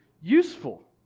useful